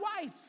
wife